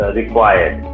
required